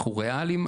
אנחנו ראליים,